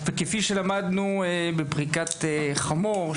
וכפי שלמדנו בפריקת חמור,